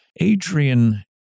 Adrian